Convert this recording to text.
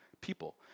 people